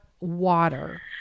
water